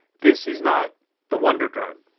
this is not the wonder drug.